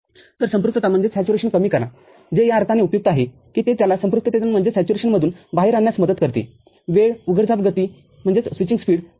तर संपृक्तता कमी करा जे या अर्थाने उपयुक्त आहे की ते त्याला संपृक्ततेतून बाहेर आणण्यास मदत करते वेळ उघडझाप गती वाढते